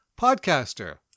podcaster